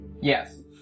Yes